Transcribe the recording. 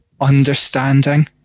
understanding